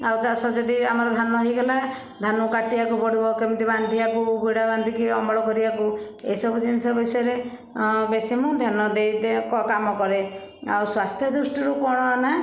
ଆଉ ଚାଷ ଯଦି ଆମର ଧାନ ହେଇ ଗଲା ଧାନକୁ କାଟିବାକୁ ପଡ଼ିବ କେମିତି ବାନ୍ଧିବାକୁ ଘୁଡ଼ା ବାନ୍ଧିକି ଅମଳ କରିବାକୁ ଏଇସବୁ ଜିନିଷ ବିଷୟରେ ବେଶି ମୁଁ ଧ୍ୟାନ ଦେଇ ଦେଇ କାମ କରେ ଆଉ ସ୍ବାସ୍ଥ୍ୟ ଦୃଷ୍ଟିରୁ କ'ଣ ନା